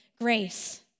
grace